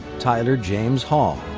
tyler james hall.